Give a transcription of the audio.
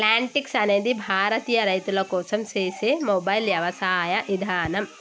Plantix అనేది భారతీయ రైతుల కోసం సేసే మొబైల్ యవసాయ ఇదానం